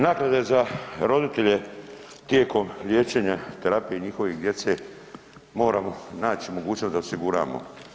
Naknade za roditelje tijekom liječenja, terapije njihove djece moramo naći mogućnost da osiguramo.